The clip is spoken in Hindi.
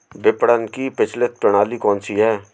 विपणन की प्रचलित प्रणाली कौनसी है?